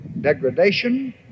degradation